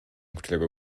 którego